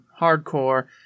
hardcore